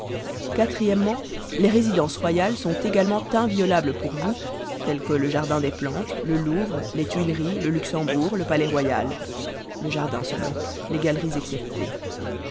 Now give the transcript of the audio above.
o les résidences royales sont également inviolables pour vous telles que le jardin des plantes le louvre les tuileries le luxembourg le palais